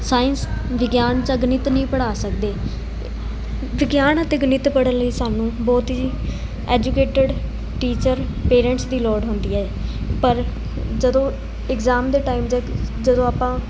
science ਵਿਗਿਆਨ ਜਾਂ ਗਣਿਤ ਨਹੀਂ ਪੜ੍ਹਾ ਸਕਦੇ ਵਿਗਿਆਨ ਅਤੇ ਗਣਿਤ ਪੜ੍ਹਨ ਲਈ ਸਾਨੂੰ ਬਹੁਤ ਹੀ ਐਜੂਕੇਟਡ ਟੀਚਰ ਪੇਰੈਂਟਸ ਦੀ ਲੋੜ ਹੁੰਦੀ ਹੈ ਪਰ ਜਦੋਂ ਇਗਜ਼ਾਮ ਦੇ ਟਾਈਮ ਜਾਂ ਜਦੋਂ ਆਪਾਂ